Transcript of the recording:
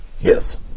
yes